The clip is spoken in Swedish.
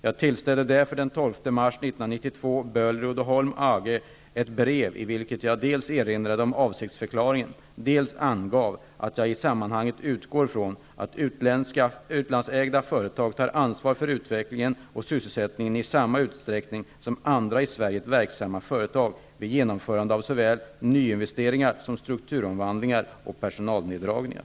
Jag tillställde därför den 12 mars 1992 Böhler-Uddeholm AG ett brev, i vilket jag dels erinrade om avsiktsförklaringen, dels angav att jag i sammanhanget utgår från att utlandsägda företag tar ansvar för utvecklingen och syselsättningen i samma utsträckning som andra i Sverige verksamma företag vid genomförandet av såväl nyinvesteringar som strukturomvandlingar och personalneddragningar.